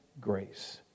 grace